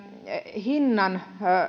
hinnan